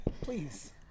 please